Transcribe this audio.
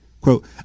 Quote